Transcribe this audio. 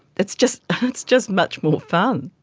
it's just it's just much more fun.